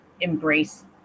embrace